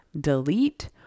Delete